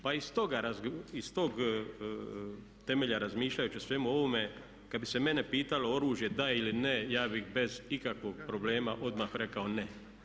Pa iz tog temelja razmišljajući o svemu ovome kad bi se mene pitalo oružje da ili ne ja bih bez ikakvog problema odmah rekao ne.